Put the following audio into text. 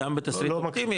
גם בתסריט אופטימי,